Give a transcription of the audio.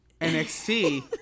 NXT